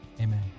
Amen